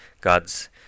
God's